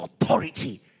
authority